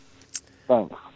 Thanks